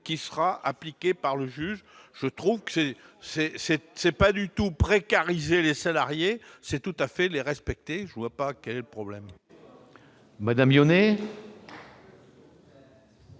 du salarié. Je trouve que ce n'est pas du tout précariser les salariés ; c'est tout à fait les respecter ! Je ne vois pas où est le problème.